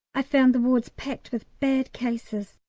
i found the wards packed with bad cases,